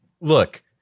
Look